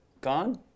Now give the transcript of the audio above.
Gone